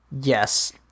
Yes